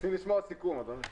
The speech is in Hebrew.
הוועדה מודה לחברי הכנסת שהשתתפו